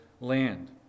land